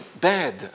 bad